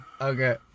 Okay